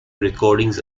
recordings